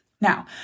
Now